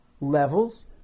levels